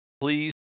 Please